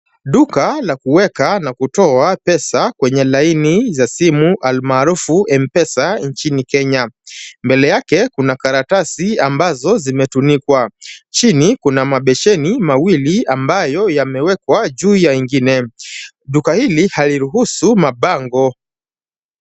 Duka la kuweka na kutoa pesa kwenye laini za simu almaarufu M-pesa nchini kenya. Mbele yake kuna karatasi ambazo zimetunikwa. Chini kuna mabesheni mawili ambayo yamewekwa juu ya ingine. Duka hili haliruhusu mabango.